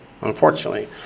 Unfortunately